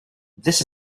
this